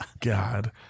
god